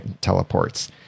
teleports